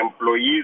employees